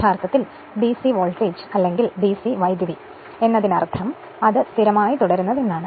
യഥാർത്ഥത്തിൽ DC voltage അല്ലെങ്കിൽ DC current എന്നതിനർത്ഥം അത് സ്ഥിരമായി തുടരുന്നത് എന്നാണ്